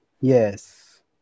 Yes